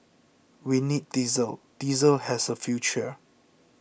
we need diesel diesel has a future